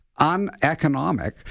Uneconomic